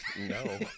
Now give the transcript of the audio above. no